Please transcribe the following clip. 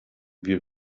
wir